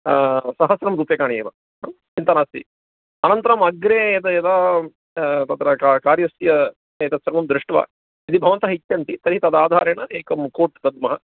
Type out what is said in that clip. सहस्रं रूप्यकानां एव चिन्ता नास्ति अनन्तरम् अग्रे यतः यदा तत्र क कार्यस्य एतत् सर्वं दृष्ट्वा यदि भवन्तः इच्छन्ति तर्हि तद् आधारेण एकं कोट् दद्मः